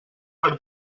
per